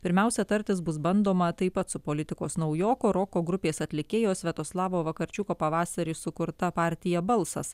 pirmiausia tartis bus bandoma taip pat su politikos naujoku roko grupės atlikėjos sviatoslavo vakarčiuko pavasarį sukurta partija balsas